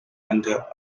under